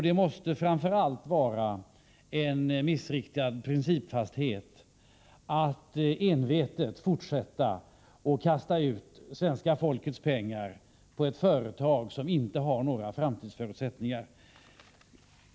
Det måste framför allt vara en missriktad principfasthet att envetet fortsätta att kasta ut svenska folkets pengar på ett företag som inte har några framtidsförutsättningar.